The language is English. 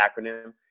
acronym